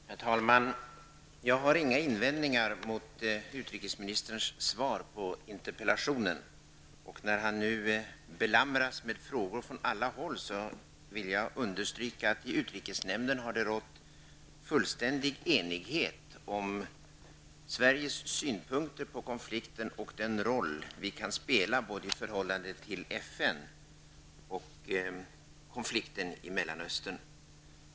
Herr talman! Jag har inga invändningar mot utrikesministerns svar på interpellationerna. När han nu belamras med frågor från alla håll vill jag understryka att det i utrikesnämnden har rått fullständig enighet om Sveriges synpunkter på konflikten och den roll vi kan spela både i förhållande till FN och konflikten i Mellanöstern.